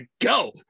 go